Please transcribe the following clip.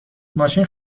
ماشین